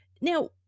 Now